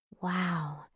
Wow